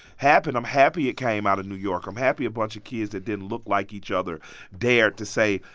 happy and i'm happy it came out of new york. i'm happy a bunch of kids that didn't look like each other dared to say,